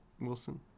Wilson